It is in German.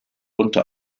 unter